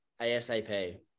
ASAP